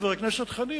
חבר הכנסת חנין,